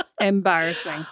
embarrassing